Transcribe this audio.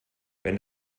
wenn